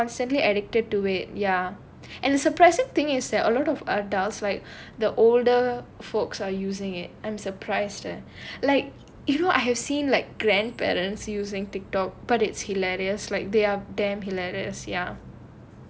we will be constantly addicted to it ya and the surprising thing is there are a lot of adults like the older folks are using it I'm surprised like you know I have seen like grandparents using the TikTok but it's hilarious like they are damn hilarious ya